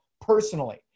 personally